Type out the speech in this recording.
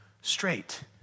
straight